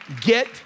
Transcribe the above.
get